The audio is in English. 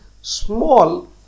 small